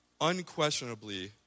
unquestionably